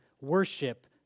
worship